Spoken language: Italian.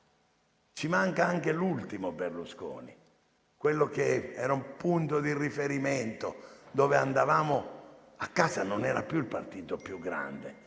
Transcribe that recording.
ci manca anche l'ultimo Berlusconi, quello che era un punto di riferimento. Non era più il partito più grande,